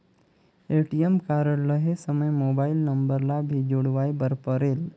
ATM card लहे समय mobile number ला भी जुड़वाए बर परेल?